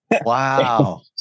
Wow